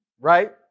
right